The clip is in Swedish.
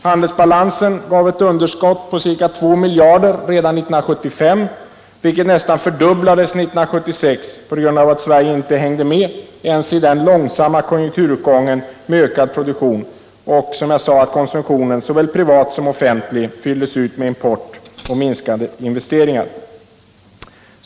Handelsbalansen gav ett underskott på ca 2 miljarder redan 1975, vilket nästan fördubblades 1976 på grund av att Sverige inte hängde med ens i den långsamma konjunkturuppgången med ökad produktion och, som jag sade, att konsumtionen, såväl privat som offentlig, fylldes ut med import och minskade investeringar.